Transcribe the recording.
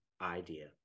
idea